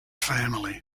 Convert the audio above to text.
family